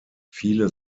viele